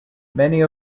many